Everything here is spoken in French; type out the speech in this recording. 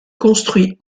construit